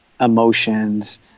emotions